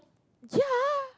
ya